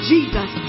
Jesus